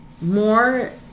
more